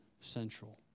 central